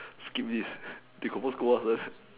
skip this they confirm scold us one